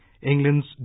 England's